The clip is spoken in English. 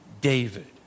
David